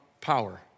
power